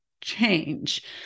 change